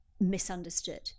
misunderstood